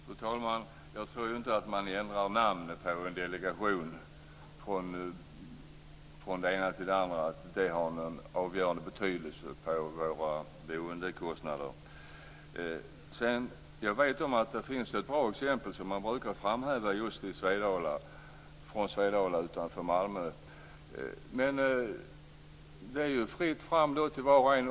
Fru talman! Jag tror ju inte att det har någon avgörande betydelse för våra boendekostnader om man ändrar namnet på en delegation från det ena till det andra. Jag vet att det finns ett bra exempel som man brukar framhäva just från Svedala utanför Malmö. Men det är ju fritt fram då för var och en.